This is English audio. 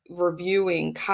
reviewing